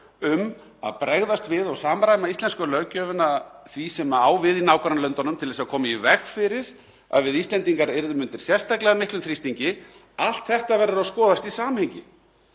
um að bregðast við og samræma íslensku löggjöfina því sem á við í nágrannalöndunum til að koma í veg fyrir að við Íslendingar yrðum undir sérstaklega miklum þrýstingi, allt þetta verður að skoðast í samhengi.